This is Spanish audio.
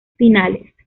finales